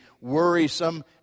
worrisome